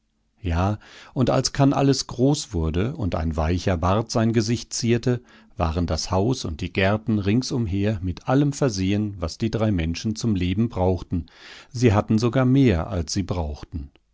ja und als kannalles groß wurde und ein weicher bart sein gesicht zierte waren das haus und die gärten ringsumher mit allem versehen was die drei menschen zum leben brauchten sie hatten sogar mehr als sie brauchten